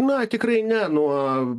na tikrai ne nuo